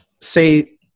say